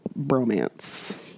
Bromance